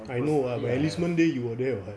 I know my enlistment day you were there [what]